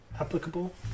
applicable